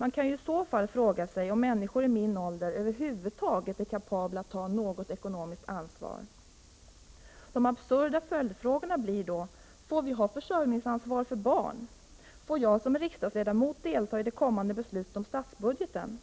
Man kan ju i så fall fråga sig om människor i min ålder över huvud taget är kapabla att ta något ekonomiskt ansvar. De absurda följdfrågorna blir då: Får vi ha försörjningsansvar för barn? Får jag som riksdagsledamot delta i det kommande beslutet om statsbudgeten?